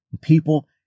people